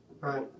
Right